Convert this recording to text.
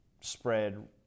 spread